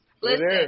Listen